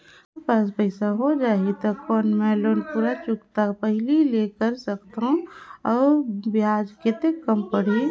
मोर पास पईसा हो जाही त कौन मैं लोन पूरा चुकता पहली ले कर सकथव अउ ब्याज कतेक कम पड़ही?